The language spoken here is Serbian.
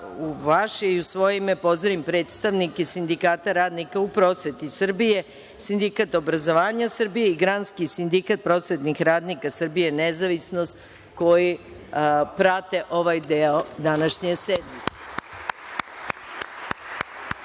vaše i u svoje ime pozdravim predstavnike Sindikata radnika u prosveti Srbije, Sindikat obrazovanja Srbije i Granski sindikat prosvetnih radnika Srbije „Nezavisnost“ koji prate ovaj deo današnje